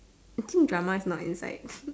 the thing drama is not inside